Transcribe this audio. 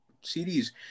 series